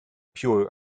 pure